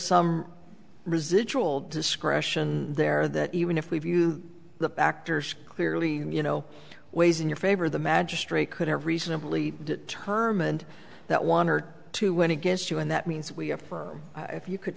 some residual discretion there that even if we view the factors clearly you know ways in your favor the magistrate could have reasonably determined that one or two went against you and that means we affirm if you could